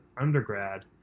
undergrad